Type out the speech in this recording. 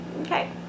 Okay